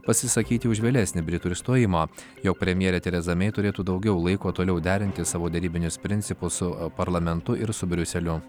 pasisakyti už vėlesnį britų išstojimą jog premjerė teresa mei turėtų daugiau laiko toliau derinti savo derybinius principus su parlamentu ir su briuseliu